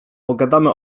pogadamy